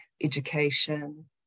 education